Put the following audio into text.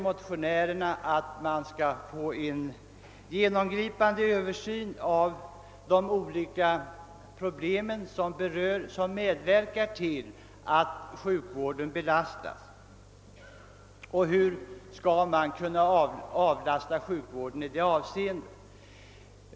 Motionärerna föreslår en genomgripande översyn av de olika faktorer som medverkar till att sjukvården belastas så hårt och en utredning om hur denna belastning skall kunna minskas.